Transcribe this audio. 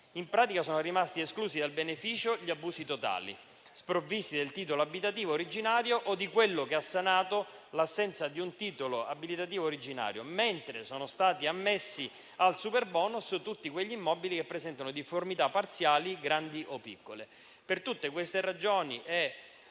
In pratica, sono rimasti esclusi dal beneficio gli abusi totali sprovvisti del titolo abilitativo originario o di quello che ha sanato l'assenza di un titolo abilitativo originario, mentre sono stati ammessi al superbonus tutti quegli immobili che presentano difformità parziali grandi o piccole. Per tutte queste ragioni e